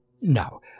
No